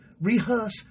rehearse